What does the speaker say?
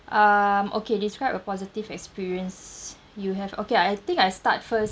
mm okay describe a positive experience you have okay I think I start first